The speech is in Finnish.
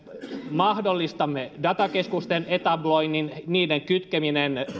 mahdollistamme datakeskusten etabloinnin esimerkiksi niiden kytkemisen